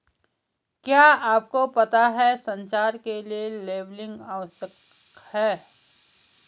क्या आपको पता है संचार के लिए लेबलिंग आवश्यक है?